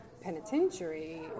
penitentiary